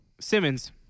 Simmons